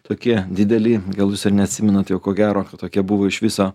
tokie dideli gal jūs ir neatsimenat jau ko gero tokia buvo iš viso